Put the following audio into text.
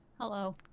Hello